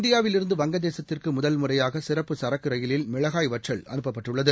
இந்தியாவில் இருந்து வங்கதேசத்திற்கு முதல் முறையாக சிறப்பு சரக்கு ரயிலில் மிளகாய் வற்றல் அனுப்பப்பட்டுள்ளது